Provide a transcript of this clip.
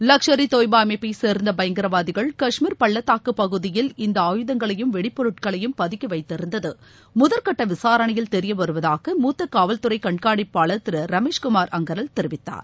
லஷ்கர் இ தொய்பா அமைப்பை சேர்ந்த பயங்கரவாதிகள் கஷ்மீர் பள்ளதாக்குப் பகுதியில் இந்த ஆயுதங்களையும் வெடிப்பொருட்களையும் பதுக்கி வைத்திருந்தது முதற்கட்ட விசாரணையில் தெரியவருவதாக மூத்த காவல்துறை கண்காணிப்பாளர் திரு ரமேஷ்குமார் அங்கரல் தெரிவித்தார்